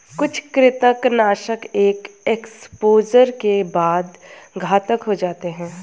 कुछ कृंतकनाशक एक एक्सपोजर के बाद घातक हो जाते है